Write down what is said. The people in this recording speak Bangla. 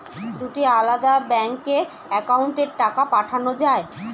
দুটি আলাদা ব্যাংকে অ্যাকাউন্টের টাকা পাঠানো য়ায়?